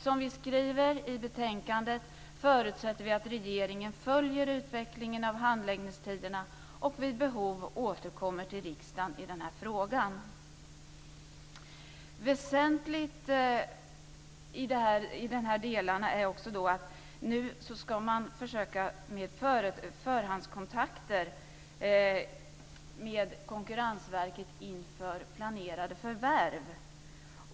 Som vi skriver i betänkandet förutsätter vi att regeringen följer utvecklingen av handläggningstiderna och vid behov återkommer till riksdagen i frågan. Väsentligt i de här delarna är också att man nu ska försöka med förhandskontakter med Konkurrensverket inför planerade förvärv.